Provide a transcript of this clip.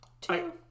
two